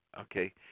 Okay